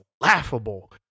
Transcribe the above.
laughable